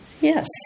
Yes